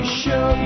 show